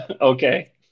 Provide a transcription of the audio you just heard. Okay